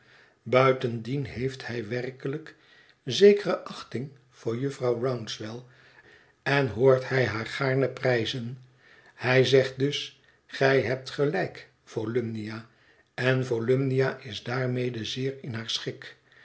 buitendien heeft hij werkelijk zekere achting voor jufvrouw rouncewell en hoort hij haar gaarne prijzen hij zegt dus gij hebt gelijk volumnia en volumnia is daarmede zeer in haar schik